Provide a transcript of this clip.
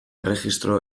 erregistro